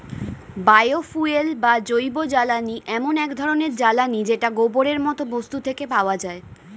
bio fuel বা জৈবজ্বালানী এমন এক ধরণের জ্বালানী যেটা গোবরের মতো বস্তু থেকে পাওয়া যায়